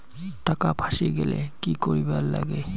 টাকা ফাঁসি গেলে কি করিবার লাগে?